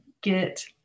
get